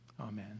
Amen